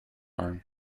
arm